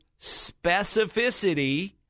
specificity